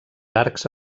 arcs